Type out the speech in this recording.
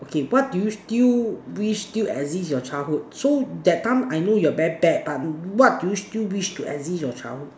okay what do you still wish still exit your childhood so that time I know you're very bad what but what do you still wish to exist your childhood